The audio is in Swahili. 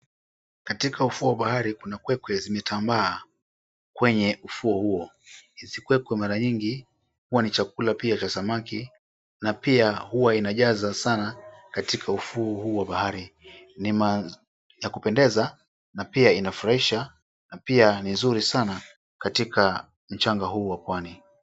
Katika ufuo wa bahari kuna kwekwe zimetambaa kwenye ufuo huo. Hizi kwekwe mara nyingi huwa ni chakula pia cha samaki na pia huwa inajaza sana katika ufuo huu wa bahari, ni ya kupendeza na pia inafurahisha na pia ni nzuri sana katika mchanga huu wa pwani.